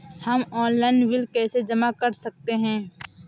हम online bill कैसे जमा कर सकते हैं?